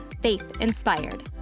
faith-inspired